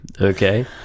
Okay